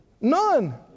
None